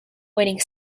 winning